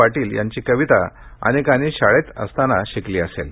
पाटील यांची कविता अनेकांनी शाळेत असताना शिकली असेल